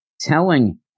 telling